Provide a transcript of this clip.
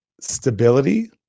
stability